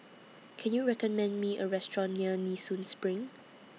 Can YOU recommend Me A Restaurant near Nee Soon SPRING